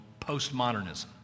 postmodernism